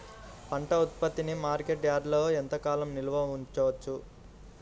పంట ఉత్పత్తిని మార్కెట్ యార్డ్లలో ఎంతకాలం నిల్వ ఉంచవచ్చు?